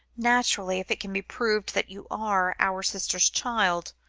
naturally, if it can be proved that you are our sister's child,